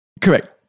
Correct